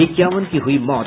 इक्यावन की हुई मौत